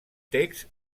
texts